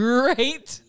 Great